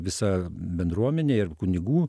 visa bendruomenė ir kunigų